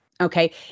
Okay